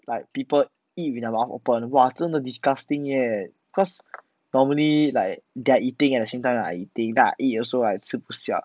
like people eat with their mouth open 哇真的 disgusting eh casue normally like guy eating at the same time I eating then I eat also like 吃不下